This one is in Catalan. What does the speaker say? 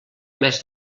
mes